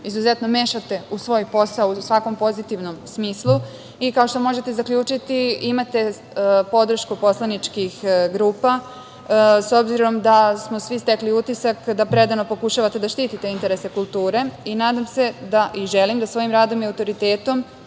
izuzetno mešate u svoj posao, u svakom pozitivnom smislu i kao što možete zaključiti imate podršku poslaničkih grupa. S obzirom da smo svi stekli utisak da predano pokušavate da štitite interese kulture, nadam se da, i želim, da svojim radim i autoritetom